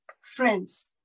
Friends